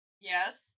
Yes